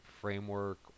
framework